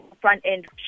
front-end